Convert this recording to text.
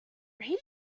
rating